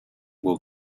will